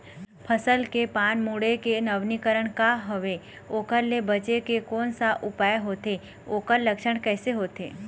फसल के पान मुड़े के नवीनीकरण का हवे ओकर ले बचे के कोन सा उपाय होथे ओकर लक्षण कैसे होथे?